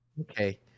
okay